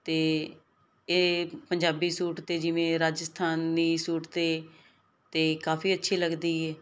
ਅਤੇ ਇਹ ਪੰਜਾਬੀ ਸੂਟ 'ਤੇ ਜਿਵੇਂ ਰਾਜਸਥਾਨੀ ਸੂਟ 'ਤੇ ਅਤੇ ਕਾਫ਼ੀ ਅੱਛੀ ਲੱਗਦੀ ਹੈ